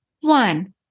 One